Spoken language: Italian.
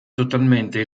totalmente